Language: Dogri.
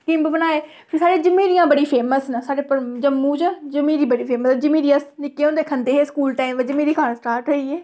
किंब बनाए साढ़े जम्हीरियां बड़ियां फेमस न साढ़े जम्मू च जम्हीरी बड़ी फेमस ऐ अस नि'क्के होंदे खंदे हे स्कूल टाइम बिच जम्हीरी खाना स्टार्ट करी ओड़ी